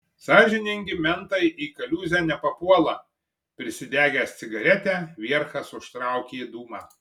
sąžiningi mentai į kaliūzę nepapuola prisidegęs cigaretę vierchas užtraukė dūmą